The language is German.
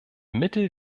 mittel